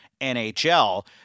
NHL